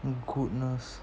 oh goodness